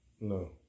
No